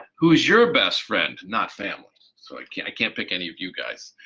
who is your best friend, not family? so i can't i can't pick any of you guys.